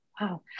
Wow